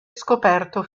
scoperto